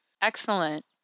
excellent